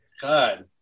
God